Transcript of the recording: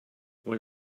what